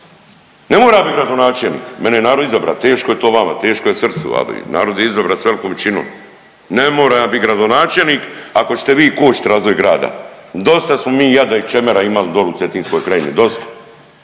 Ne moram ja bit gradonačelnik, mene je narod izabra, teško je to vama, teško je srcu, ali narod je izabra s velikom većinom, ne moram ja bit gradonačelnik ako ćete vi kočit razvoj grada, dosta smo mi jada i čemera imali doli u cetinskoj krajini, dosta.